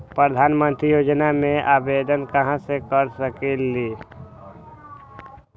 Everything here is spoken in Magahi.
प्रधानमंत्री योजना में आवेदन कहा से कर सकेली?